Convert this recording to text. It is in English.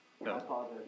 No